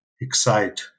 excite